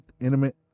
intimate